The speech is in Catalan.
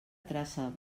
traça